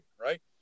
right